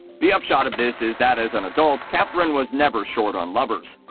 the upshot of this is that as an adult, catherine was never short on lovers.